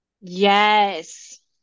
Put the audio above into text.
Yes